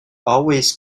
always